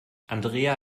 andrea